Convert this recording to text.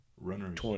Runners